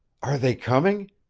are they coming?